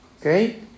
okay